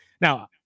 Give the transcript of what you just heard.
Now